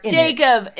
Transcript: jacob